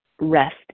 rest